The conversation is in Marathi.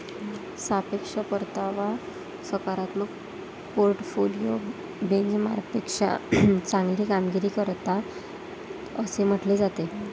सापेक्ष परतावा सकारात्मक पोर्टफोलिओ बेंचमार्कपेक्षा चांगली कामगिरी करतात असे म्हटले जाते